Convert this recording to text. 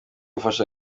fasha